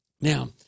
Now